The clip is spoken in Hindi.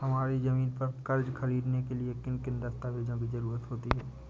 हमारी ज़मीन पर कर्ज ख़रीदने के लिए किन किन दस्तावेजों की जरूरत होती है?